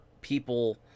people